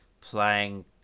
playing